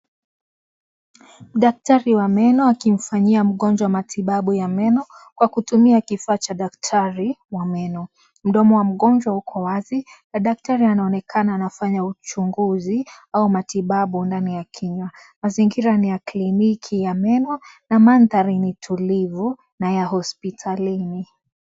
Daktari wa meno akimfanyia mgonjwa matibabu ya meno kwa kutumia kifaa cha daktari wa meno. Mdomo wa mgonjwa uko wazi na daktari anaonekana anafanya uchunguzi au matibabu ndani ya kinywa. Mazingira ni ya kliniki ya meno na mandhari ni tulivu na ya hospitalini.